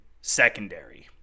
secondary